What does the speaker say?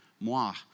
moi